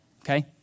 okay